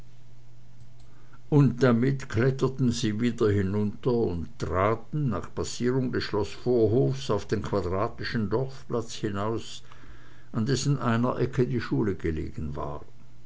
und damit kletterten sie wieder hinunter und traten nach passierung des schloßvorhofs auf den quadratischen dorfplatz hinaus an dessen einer ecke die schule gelegen war